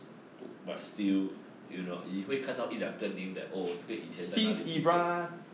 but still you know 你会看都一两个 name 的 oh 这个以前跟他踢过